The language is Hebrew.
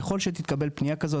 ככל שתתקבל פנייה כזו,